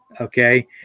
okay